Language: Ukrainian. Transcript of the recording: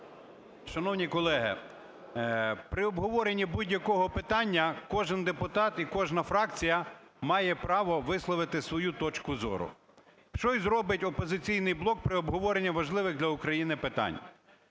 Шановні колеги, при обговоренні будь-якого питання кожен депутат і кожна фракція має право висловити свою точку зору, що й робить "Опозиційний блок" при обговоренні важливих для України питань.